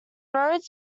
roads